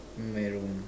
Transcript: in my room